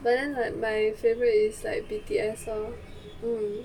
but then like my favourite is like B_T_S lor mm